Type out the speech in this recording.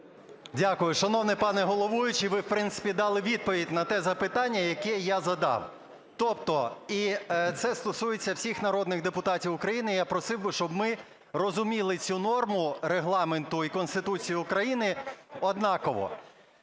Дякую. Шановний пане головуючий, ви, в принципі, дали відповідь на те запитання, яке я задав. Тобто і це стосується всіх народних депутатів України, я просив би, щоб ми розуміли цю норму Регламенту і Конституції України однаково.